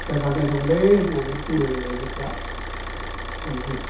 सहाय खालाम लायनांगौलै होननानै बुङो आरो रायजोफ्रा बयबो